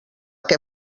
que